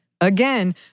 again